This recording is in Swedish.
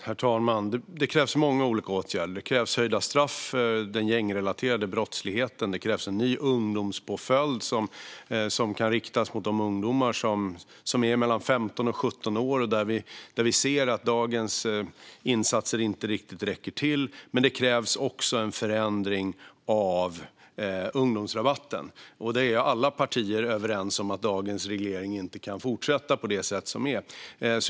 Herr talman! Det krävs många olika åtgärder. Det krävs höjda straff för den gängrelaterade brottsligheten. Det krävs en ny ungdomspåföljd som kan riktas mot de ungdomar som är mellan 15 och 17 år, då vi ser att dagens insatser där inte riktigt räcker till. Men det krävs också en förändring av ungdomsrabatten. Alla partier är överens om att dagens reglering inte kan fortsätta.